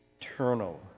eternal